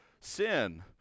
sin